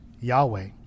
Yahweh